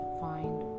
find